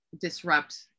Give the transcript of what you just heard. disrupt